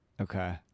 Okay